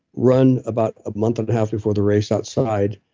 run about a month and a half before the race outside.